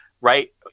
Right